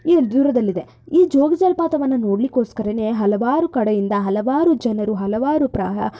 ದೂರದಲ್ಲಿದೆ ಈ ಜೋಗ ಜಲಪಾತವನ್ನು ನೋಡಲಿಕ್ಕೋಸ್ಕರನೇ ಹಲವಾರು ಕಡೆಯಿಂದ ಹಲವಾರು ಜನರು ಹಲವಾರು ಪ್ರ